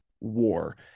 war